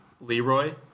Leroy